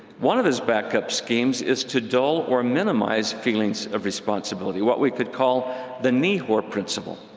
one of his backup schemes is to dull or minimize feelings of responsibility what we could call the nehor principle,